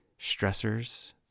stressors